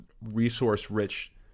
resource-rich